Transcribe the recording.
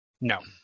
No